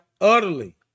utterly